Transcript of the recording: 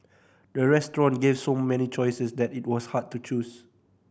the restaurant gave so many choices that it was hard to choose